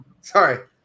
Sorry